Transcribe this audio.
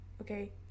Okay